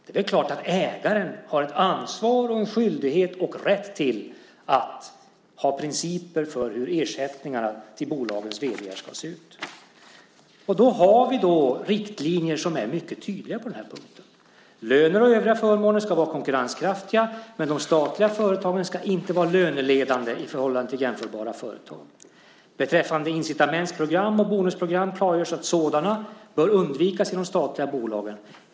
Det är klart att ägaren har ett ansvar, en skyldighet och en rätt till att ha principer för hur ersättningarna till bolagens vd:ar ska se ut. Det finns tydliga riktlinjer på den punkten. Löner och övriga förmåner ska vara konkurrenskraftiga, men de statliga företagen ska inte vara löneledande i förhållande till jämförbara företag. Beträffande incitamentsprogram och bonusprogram klargörs att sådana bör undvikas i de statliga bolagen.